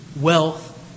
wealth